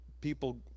people